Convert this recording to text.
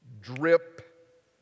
drip